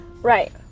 Right